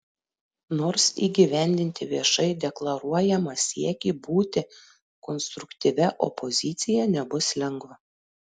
nors įgyvendinti viešai deklaruojamą siekį būti konstruktyvia opozicija nebus lengva